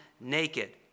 naked